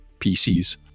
PCs